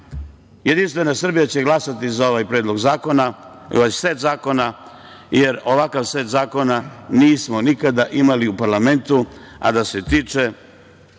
periodu. Jedinstvena Srbija će glasati za ovaj predlog zakona, ovaj set zakona, jer ovakav set zakona nismo nikada imali u parlamentu, a da se tiče